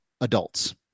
adults